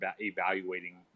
evaluating